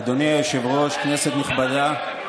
אדוני היושב-ראש, כנסת נכבדה,